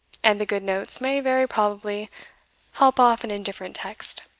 and the good notes may very probably help off an indifferent text.